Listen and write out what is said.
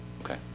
Okay